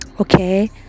okay